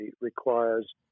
requires